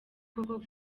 koko